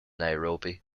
nairobi